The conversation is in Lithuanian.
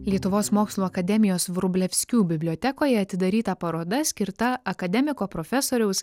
lietuvos mokslų akademijos vrublevskių bibliotekoje atidaryta paroda skirta akademiko profesoriaus